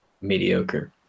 mediocre